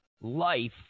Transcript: life